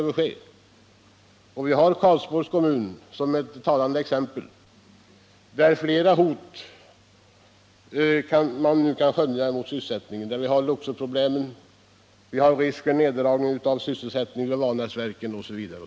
Ett talande exempel är Karlsborgs kommun, där man nu kan skönja flera hot mot sysselsättningen: vi har Luxorproblemen, risk för neddragning av sysselsättningen vid Vanäsverken, osv.